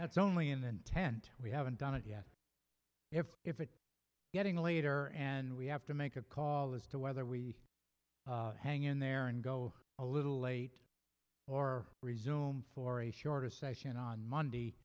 that's only in the intent we haven't done it yet if if it getting later and we have to make a call as to whether we hang in there and go a little late or resume for a shorter session on monday